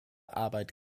arbeit